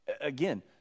Again